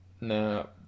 no